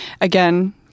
Again